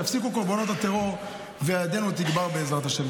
שייפסקו קורבנות הטרור וידנו תגבר, בעזרת השם.